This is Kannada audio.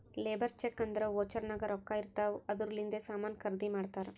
ಲೇಬರ್ ಚೆಕ್ ಅಂದುರ್ ವೋಚರ್ ನಾಗ್ ರೊಕ್ಕಾ ಇರ್ತಾವ್ ಅದೂರ್ಲಿಂದೆ ಸಾಮಾನ್ ಖರ್ದಿ ಮಾಡ್ತಾರ್